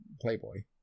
Playboy